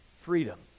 freedom